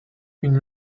une